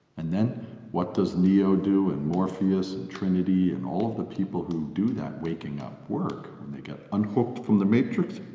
and then what does neo do, and morpheus trinity and all of the people who do that waking up-work? when they get unhooked from the matrix,